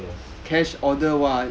yes